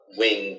wing